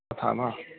तथा वा